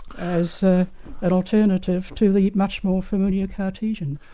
as ah an alternative to the much more familiar cartesian